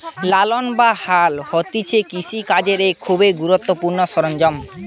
লাঙ্গল বা হাল হতিছে কৃষি কাজের এক খুবই গুরুত্বপূর্ণ সরঞ্জাম